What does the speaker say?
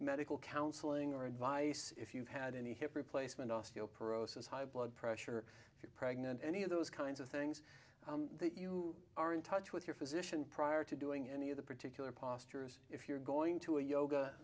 medical counseling or advice if you've had any hip replacement osteoporosis high blood pressure if you're pregnant any of those kinds of things that you are in touch with your physician prior to doing any of the particular posterous if you're going to a yoga